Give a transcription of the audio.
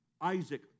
Isaac